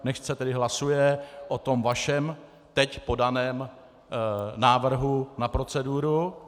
Nechť se tedy hlasuje o tom vašem teď podaném návrhu na proceduru.